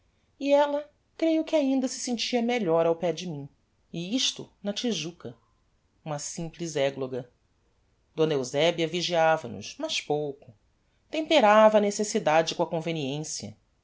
e ella creio que ainda se sentia melhor ao pé de mim e isto na tijuca uma simples egloga d eusebia vigiava nos mas pouco temperava a necessidade com a conveniencia